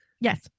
yes